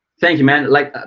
thank you, man. like,